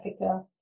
Africa